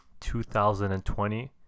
2020